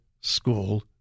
school